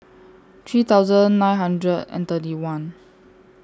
three thousand nine hundred and thirty one